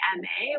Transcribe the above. ma